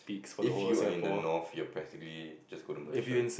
if you are in the north you are practically just go to Malaysia